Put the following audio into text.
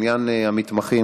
בעניין המתמחים,